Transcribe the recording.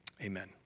Amen